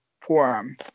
forum